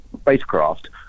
spacecraft